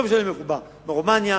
לא משנה מאיפה הוא בא: מרומניה,